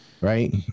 Right